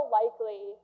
likely